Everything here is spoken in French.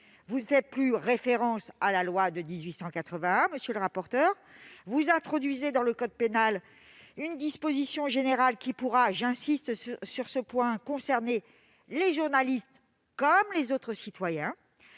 Vous ne faites plus référence à la loi de 1881, monsieur le rapporteur : vous introduisez dans le code pénal une disposition générale qui pourra- j'insiste sur ce point -concerner les journalistes comme les autres citoyens.